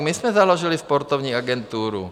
My jsme založili Sportovní agenturu.